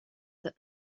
that